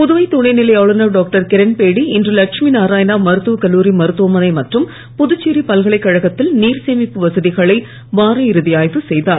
புதுவை துணைநிலை ஆளுநர் டாக்டர் கிரண்பேடி இன்று லட்சுமிநாராயணா மருத்துவ கல்லூரி மருத்துவமனை மற்றும் புதுச்சேரி பல்கலைக்கழகத்தில் நீர் சேமிப்பு வசதிகளை வார இறுதி ஆய்வு செய்தார்